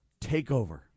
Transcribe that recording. takeover